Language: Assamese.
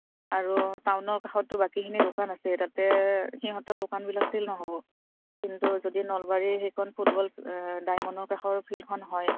আৰু টাউনৰ কাষতো বাকীখিনি দোকান আছে তাতে সিহঁতৰ দোকানবিলাক ছেল নহ'ব কিন্তু যদি নলবাৰী সেইখন ফুটবল ডায়মণ্ডৰ কাষৰ ফিল্ডখন হয়